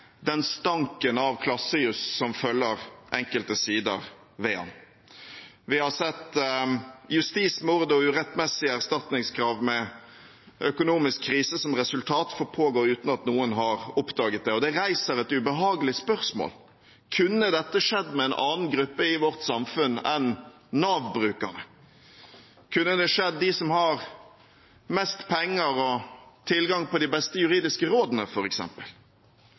den stanken av klassejuss som følger enkelte sider ved den. Vi har sett justismord og urettmessige erstatningskrav med økonomisk krise som resultat som pågår uten at noen har oppdaget det. Det reiser et ubehagelig spørsmål: Kunne dette skjedd med en annen gruppe i vårt samfunn enn Nav-brukerne? Kunne det skjedd dem som har mest penger og tilgang på de beste juridiske rådene,